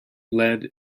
led